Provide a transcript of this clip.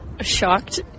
shocked